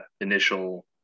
initial